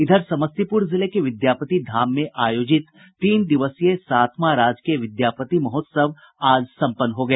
इधर समस्तीपुर जिले के विद्यापति धाम मे आयोजित तीन दिवसीय सातवां राजकीय विद्यापति महोत्सव आज संपन्न हो गया